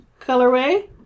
colorway